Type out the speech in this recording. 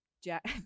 jack